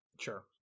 Sure